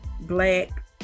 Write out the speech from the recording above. black